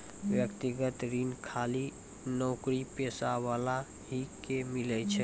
व्यक्तिगत ऋण खाली नौकरीपेशा वाला ही के मिलै छै?